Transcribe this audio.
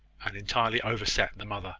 and entirely overset the mother